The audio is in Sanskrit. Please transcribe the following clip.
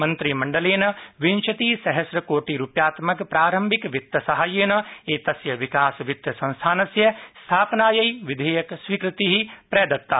मंत्रिमण्डलेन विंशतिसहस्र कोटिरुप्यात्मक प्रारम्भिक वित्तसाहाय्येन एतस्य विकास वित्त संस्थानस्य स्थापनायै विधेयकस्वीकृतिः प्रदत्ता